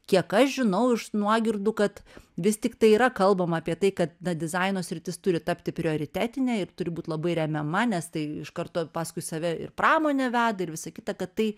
kiek aš žinau iš nuogirdų kad vis tiktai yra kalbama apie tai kad na dizaino sritis turi tapti prioritetine ir turi būt labai remiama nes tai iš karto paskui save ir pramonę veda ir visa kita kad tai